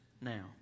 now